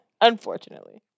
Unfortunately